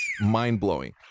mind-blowing